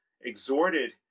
exhorted